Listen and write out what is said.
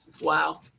Wow